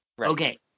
Okay